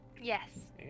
Yes